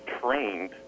trained